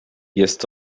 jest